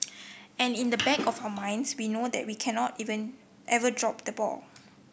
and in the back of our minds we know that we cannot even ever drop the ball